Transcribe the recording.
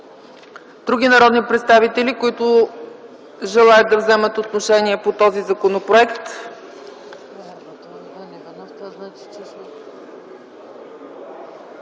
Други народни представители, които желаят да вземат отношение по този законопроект?